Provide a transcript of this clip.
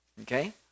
Okay